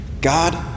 God